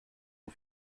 ont